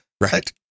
Right